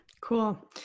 Cool